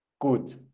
gut